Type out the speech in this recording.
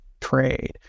trade